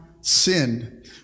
sinned